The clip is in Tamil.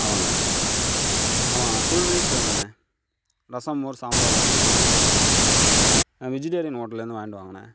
ஆமாங்கண்ணா ஆமா ஃபுல்மீல்ஸ் வேணுங்கண்ணா ரசம் மோர் சாம்பா அதமாதிரி ஃபுல்மீல்ஸ் வேணும் விஜிடேரியன் ஹோட்டல்லருந்து வாங்கிட்டு வாங்கண்ணா